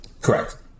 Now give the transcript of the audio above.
Correct